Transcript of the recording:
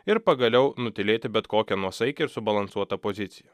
ir pagaliau nutylėti bet kokią nuosaikią ir subalansuotą poziciją